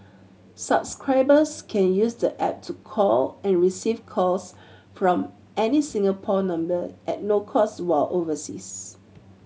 subscribers can use the app to call and receive calls from any Singapore number at no cost while overseas